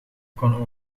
kon